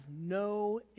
no